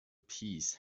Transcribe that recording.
peace